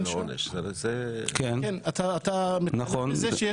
אתה מתעלם.